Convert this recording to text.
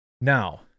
now